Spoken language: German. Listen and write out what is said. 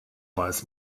weiß